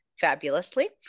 fabulously